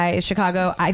Chicago